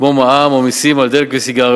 כמו מע"מ או מסים על דלק וסיגריות.